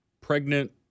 pregnant